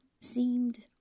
seemed